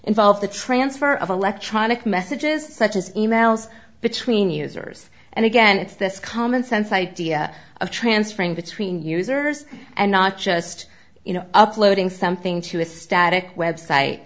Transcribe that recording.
involves the transfer of electronic messages such as e mails between users and again it's this common sense idea of transferring between users and not just you know uploading something to a static web site